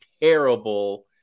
terrible